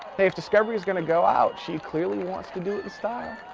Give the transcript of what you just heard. hey if discovery is going to go out, she clearly wants to do it in style.